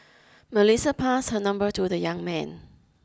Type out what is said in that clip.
Melissa pass her number to the young man